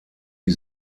die